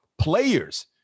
players